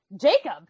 Jacob